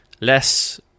less